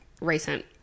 recent